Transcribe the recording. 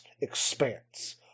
expanse